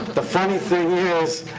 the funny thing is